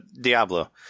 Diablo